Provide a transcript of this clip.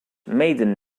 maiden